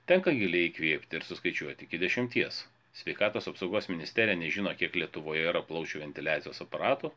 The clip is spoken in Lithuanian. tenka giliai įkvėpti ir suskaičiuoti iki dešimties sveikatos apsaugos ministerija nežino kiek lietuvoje yra plaučių ventiliacijos aparatų